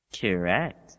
Correct